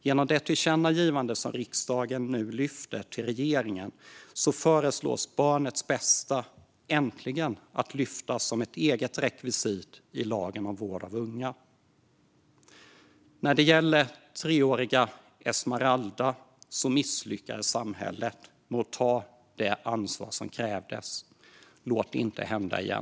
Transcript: Genom riksdagens tillkännagivande till regeringen föreslås barnets bästa äntligen att lyftas fram som ett eget rekvisit i lagen om vård av unga. När det gäller treåriga Esmeralda misslyckades samhället med att ta det ansvar som krävdes. Låt det inte hända igen!